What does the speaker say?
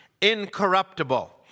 incorruptible